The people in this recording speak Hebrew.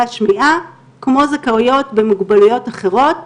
השמיעה כמו זכאויות במוגבלויות אחרות.